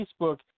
Facebook